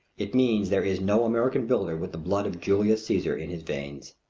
it means there is no american builder with the blood of julius caesar in his veins.